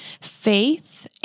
faith